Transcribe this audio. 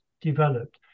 developed